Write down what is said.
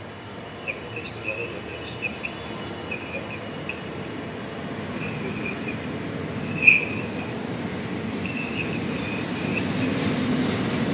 la comtesse regarda d'un air stupide la femme du banquier le feu de la terreur sécha ses larmes et ses yeux demeurèrent fixes